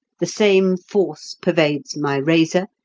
the same force pervades my razor,